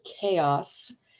chaos